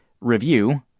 Review